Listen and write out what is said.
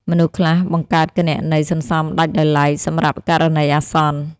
មនុស្សខ្លះបង្កើតគណនីសន្សំដាច់ដោយឡែកសម្រាប់ករណីអាសន្ន។